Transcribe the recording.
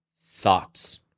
thoughts